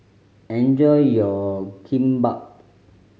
enjoy your Kimbap